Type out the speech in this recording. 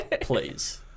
please